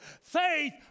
faith